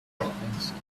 unconvincing